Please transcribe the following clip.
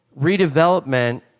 redevelopment